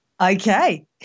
Okay